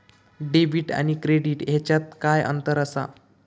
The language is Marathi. डेबिट आणि क्रेडिट ह्याच्यात काय अंतर असा?